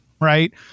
Right